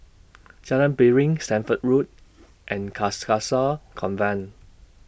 Jalan Piring Stamford Road and Carcasa Convent